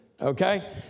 Okay